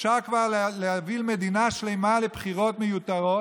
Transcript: אפשר כבר להוביל מדינה שלמה לבחירות מיותרות,